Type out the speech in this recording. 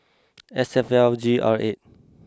S F L G R eight